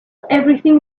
everything